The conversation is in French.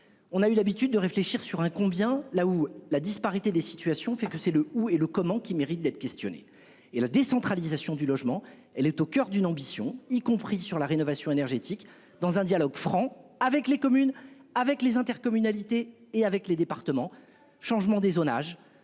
On a eu l'habitude de réfléchir sur un combien là où la disparité des situations fait que c'est le où est le comment qui mérite d'être questionnée. Et la décentralisation du logement. Elle est au coeur d'une ambition, y compris sur la rénovation énergétique dans un dialogue franc avec les communes avec les intercommunalités et avec les départements changement dézonage.